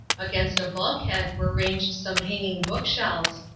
against a bulkhead were ranged some hanging book-shelves,